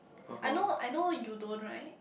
I know I know you don't right